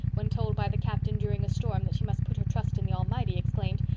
when told by the captain during a storm that she must put her trust in the almighty exclaimed,